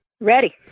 Ready